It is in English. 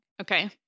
Okay